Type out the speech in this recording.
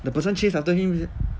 the person chase after him